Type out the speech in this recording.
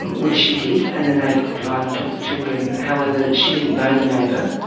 which she did. and the neighbour complied and took the children. however, she didn't know the neighbour,